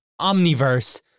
Omniverse